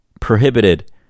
prohibited